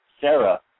Sarah